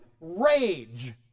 rage